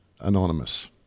anonymous